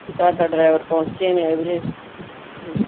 ਅਤੇ ਤੁਹਾਡਾ ਡਰਾਈਵਰ ਪਹੁੰਚਿਆ ਨਹੀਂ ਵੀਰੇ ਅਤੇ